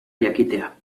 jakitea